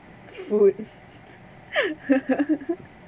food